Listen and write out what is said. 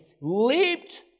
leaped